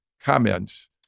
comments